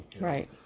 Right